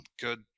good